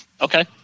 okay